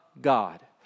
God